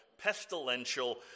pestilential